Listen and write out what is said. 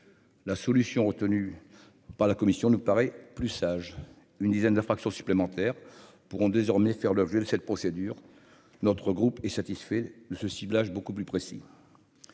la solution retenue par la commission nous paraît plus sage, une dizaine d'infractions supplémentaires pourront désormais faire l'objet de cette procédure, notre groupe est satisfait de ce ciblage beaucoup plus précis,